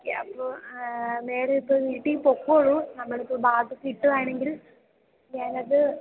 okay അപ്പോൾ നേരെ ഇപ്പോൾ വീട്ടിൽ പോയിക്കോളു നമ്മൾ ഇപ്പം ബാഗ് കിട്ടുകയാണെങ്കിൽ ഞാനത്